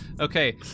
Okay